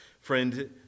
Friend